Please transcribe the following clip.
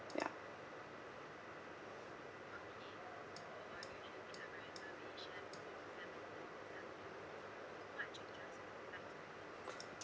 ya